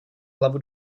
hlavu